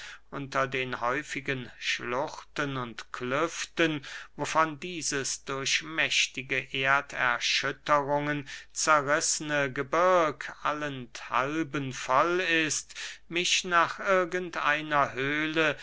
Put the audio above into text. unter den häufigen schluchten und klüften wovon dieses durch mächtige erderschütterungen zerrißne gebirg allenthalben voll ist mich nach irgend einer höhle